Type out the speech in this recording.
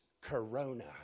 Corona